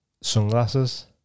sunglasses